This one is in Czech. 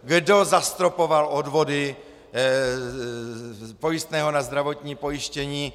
Kdo zastropoval odvody pojistného na zdravotní pojištění?